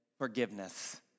Forgiveness